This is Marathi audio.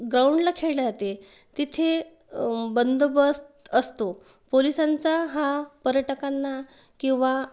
ग्राउंडला खेळले जाते तिथे बंदोबस्त असतो पोलिसांचा हा पर्यटकांना किंवा